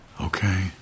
Okay